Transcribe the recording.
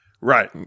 Right